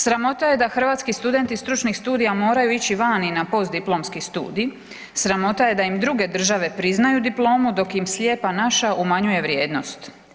Sramota je da hrvatski studenti stručnih studija moraju ići vani na postdiplomski studij, sramota je da im druge države priznaju diplomu, dok im „Slijepa naša“ umanjuje vrijednost.